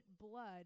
blood